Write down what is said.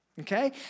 Okay